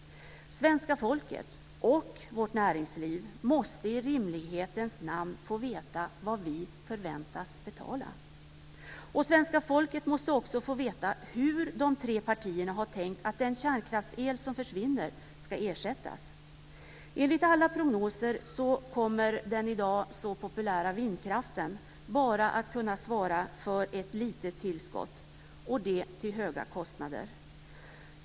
Svenska folket och vårt näringsliv måste i rimlighetens namn få veta vad vi förväntas betala. Svenska folket måste också få veta hur de tre partierna har tänkt att den kärnkraftsel som försvinner ska ersättas. Enligt alla prognoser kommer den i dag så populära vindkraften att kunna svara för bara ett litet tillskott el men till höga kostnader.